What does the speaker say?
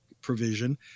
provision